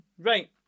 Right